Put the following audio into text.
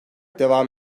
devam